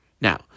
Now